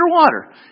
underwater